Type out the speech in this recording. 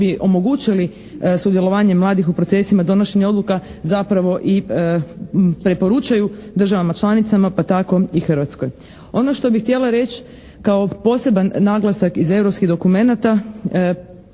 bi omogućili sudjelovanje mladih u procesima donošenja odluka zapravo i preporučaju državama članicama pa tako i Hrvatskoj. Ono što bi htjela reći kao poseban naglasak iz europskih dokumenata,